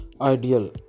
Ideal